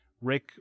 Rick